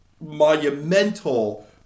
monumental